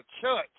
Church